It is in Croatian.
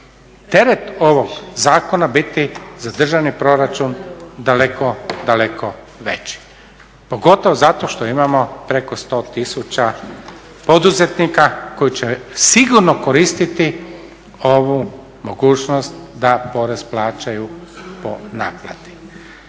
teret ovog zakona biti za državni proračun daleko, daleko veći. Pogotovo zato što imamo preko 100 tisuća poduzetnika koji će sigurno koristiti ovu mogućnost da porez plaćaju po naplati.